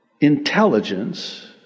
intelligence